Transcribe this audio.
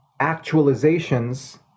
actualizations